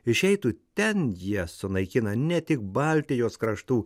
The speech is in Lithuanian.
išeitų ten jie sunaikina ne tik baltijos kraštų